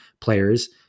players